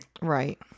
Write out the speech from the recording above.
Right